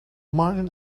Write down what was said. martin